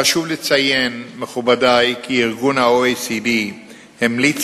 חשוב לציין, מכובדי, כי ה-OECD המליץ